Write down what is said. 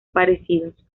parecidos